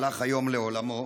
הלך היום לעולמו.